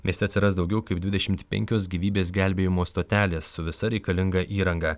mieste atsiras daugiau kaip dvidešimt penkios gyvybės gelbėjimo stotelės su visa reikalinga įranga